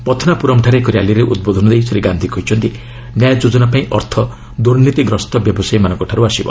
ପଥନାପୁରମ୍ଠାରେ ଏକ ର୍ୟାଲିରେ ଉଦ୍ବୋଧନ ଦେଇ ଶ୍ରୀ ଗାନ୍ଧି କହିଛନ୍ତି ନ୍ୟାୟ ଯୋଜନା ପାଇଁ ଅର୍ଥ ଦୁର୍ନୀତିଗ୍ରସ୍ତ ବ୍ୟବସାୟୀମାନଙ୍କଠାରୁ ଆସିବ